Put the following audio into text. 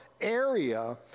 area